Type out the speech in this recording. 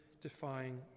defying